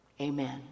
Amen